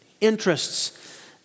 interests